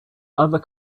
other